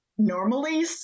normally